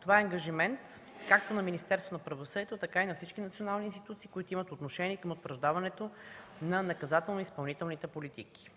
Това е ангажимент както на Министерството на правосъдието, така и на всички национални институции, които имат отношение към утвърждаването на наказателно-изпълнителните политики.